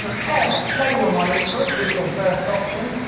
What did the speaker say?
but parents, they were my influence, is your first option.